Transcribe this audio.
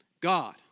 God